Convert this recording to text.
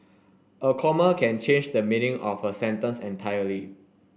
a comma can change the meaning of a sentence entirely